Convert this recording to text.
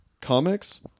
comics